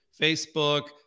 Facebook